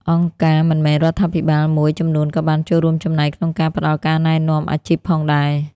អង្គការមិនមែនរដ្ឋាភិបាលមួយចំនួនក៏បានចូលរួមចំណែកក្នុងការផ្តល់ការណែនាំអាជីពផងដែរ។